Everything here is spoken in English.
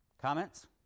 Comments